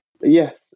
Yes